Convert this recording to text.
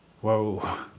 Whoa